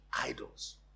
idols